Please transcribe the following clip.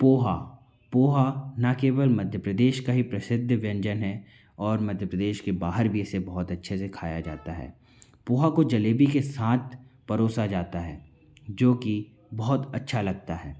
पोहा पोहा ना केवल मध्य प्रदेश का ही प्रसिद्ध व्यंजन है और मध्य प्रदेश के बहार भी इसे बहुत अच्छे से खाया जाता है पोहा को जलेबी के साथ परोसा जाता है जो कि बहुत अच्छा लगता है